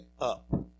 up